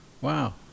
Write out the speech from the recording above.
Wow